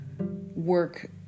work